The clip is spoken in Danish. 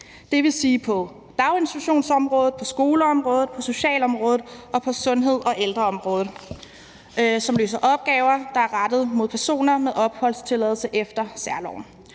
– dvs. på daginstitutionsområdet, på skoleområdet, på socialområdet og på sundheds- og ældreområdet, som løser opgaver, der er rettet mod personer med opholdstilladelse efter særloven.